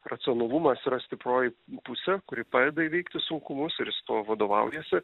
racionalumas yra stiproj pusė kuri padeda įveikti sunkumus ir jis tuo vadovaujasi